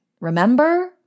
Remember